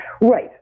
Right